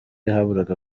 haburaga